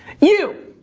you,